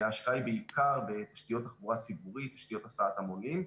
ההשקעה היא בעיקר בתשתיות תחבורה ציבורית תשתיות הסעת המונים,